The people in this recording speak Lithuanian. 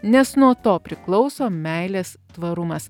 nes nuo to priklauso meilės tvarumas